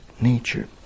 nature